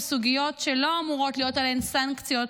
סוגיות שלא אמורות להיות עליהן סנקציות,